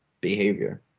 behavior